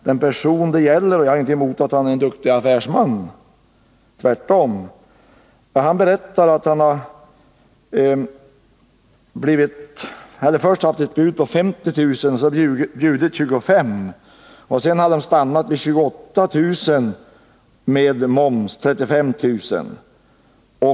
Den person det gäller — jag har inget emot att han är en duktig affärsman, tvärtom — berättar att det först fanns ett bud på 50 000 kr. men att han bjudit 25 000 kr. Sedan stannade man vid 28 000 kr., med moms 35 000 kr.